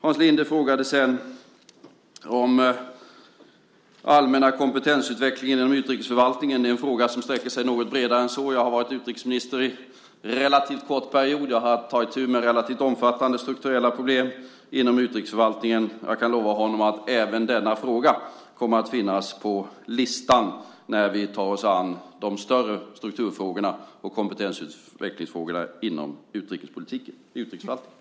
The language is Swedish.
Hans Linde frågade sedan om den allmänna kompetensutvecklingen inom utrikesförvaltningen. Det är en fråga som är något bredare än så. Jag har varit utrikesminister under en relativt kort period och har att ta itu med relativt omfattande strukturella problem inom utrikesförvaltningen. Jag kan lova Hans Linde att även denna fråga kommer att finnas på listan när vi tar oss an de större strukturfrågorna och kompetensutvecklingsfrågorna inom utrikesförvaltningen.